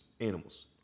animals